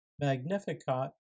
Magnificat